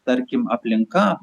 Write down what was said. tarkim aplinka